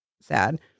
sad